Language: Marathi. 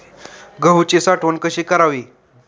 गहूची साठवण कशी करावी?